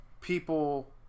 people